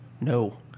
No